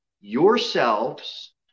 yourselves